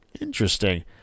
Interesting